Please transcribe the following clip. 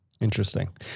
Interesting